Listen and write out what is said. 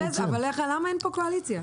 כן, אבל למה אין פה קואליציה?